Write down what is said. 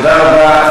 תודה רבה.